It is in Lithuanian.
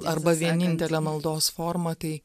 arba vienintelė maldos forma tai